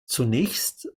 zunächst